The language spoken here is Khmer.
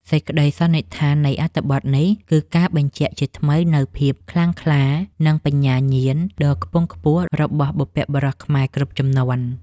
សេចក្តីសន្និដ្ឋាននៃអត្ថបទនេះគឺការបញ្ជាក់ជាថ្មីនូវភាពខ្លាំងក្លា និង បញ្ញាញាណដ៏ខ្ពង់ខ្ពស់របស់បុព្វបុរសខ្មែរគ្រប់ជំនាន់។